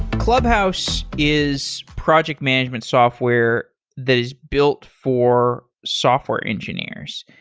clubhouse is project management software that is built for software engineers.